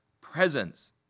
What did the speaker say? presence